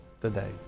today